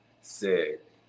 Sick